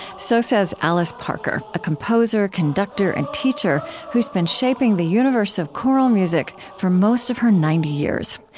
so says alice parker, a composer, conductor, and teacher who's been shaping the universe of chorale music for most of her ninety years.